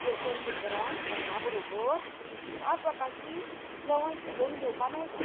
pressure कुकरांत एका बरोबर तीन चार प्रकाराची जेवण शिजोवन घेवपा मेळटा